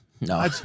No